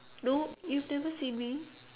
no you've never seen me